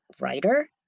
writer